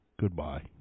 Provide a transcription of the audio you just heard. Goodbye